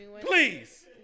Please